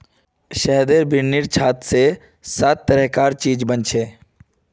शहदेर बिन्नीर छात स सात तरह कार चीज बनछेक